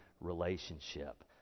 relationship